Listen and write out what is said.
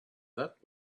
that